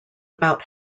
about